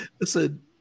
Listen